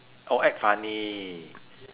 oh act funny